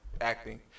acting